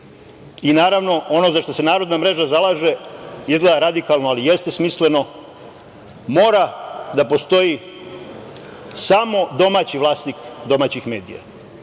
mediju. Naravno, ono za šta se Narodna mreža zalaže, izgleda radikalno ali jeste smisleno, mora da postoji samo domaći vlasnik domaćih medija.